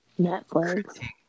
Netflix